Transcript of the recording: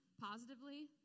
positively